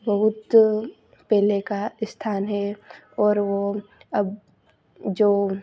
बहुत पहले का स्थान है और वो अब जो